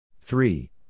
three